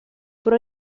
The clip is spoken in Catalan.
però